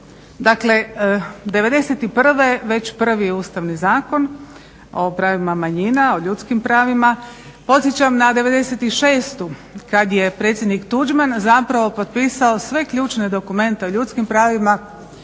Dakle, '91. već prvi Ustavni zakon o pravima manjina, o ljudskim pravima, podsjećam na '96. kad je predsjednik Tuđman zapravo potpisao sve ključne dokumente o ljudskim pravima